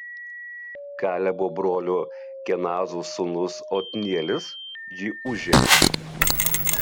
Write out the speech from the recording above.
kalebo brolio kenazo sūnus otnielis jį užėmė